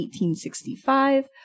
1865